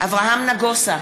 אברהם נגוסה,